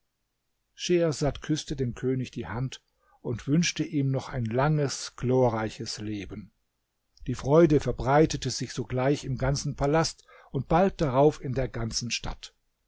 schehersad küßte dem könig die hand und wünschte ihm noch ein langes glorreiches leben die freude verbreitete sich sogleich im ganzen palast und bald darauf in der ganzen stadt